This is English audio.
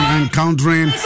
encountering